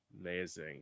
Amazing